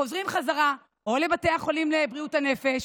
חוזרים בחזרה או לבתי החולים לבריאות הנפש